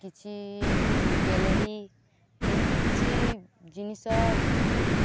କିଛି ଗ୍ୟାଲେରୀ ଏମିତି କିଛି ଜିନିଷ